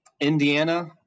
Indiana